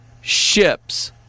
ships